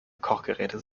kochgeräte